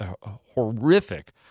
horrific